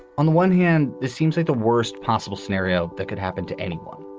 on the one hand, this seems like the worst possible scenario that could happen to anyone